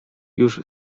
już